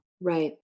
Right